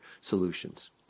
solutions